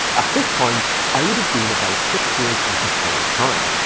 at this point, i would have been about six years into full time.